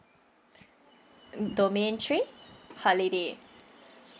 domain three holiday